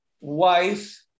wife